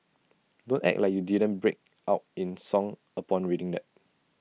don't act like you didn't break out in song upon reading that